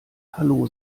hallo